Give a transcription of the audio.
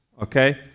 okay